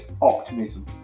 optimism